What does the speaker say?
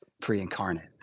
pre-incarnate